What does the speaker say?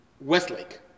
Westlake